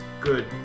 good